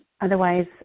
otherwise